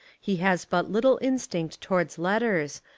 he has but little instinct towards letters,